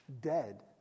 Dead